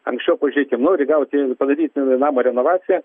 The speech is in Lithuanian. anksčiau pažiūrėkim nori gauti padaryt namo renovaciją